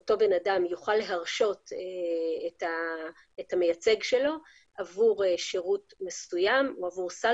אותו בן אדם יוכל להרשות את המייצג שלו עבור שירות מסוים או עבור סל